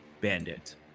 bandit